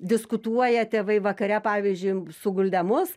diskutuoja tėvai vakare pavyzdžiui suguldę mus